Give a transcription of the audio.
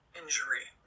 injury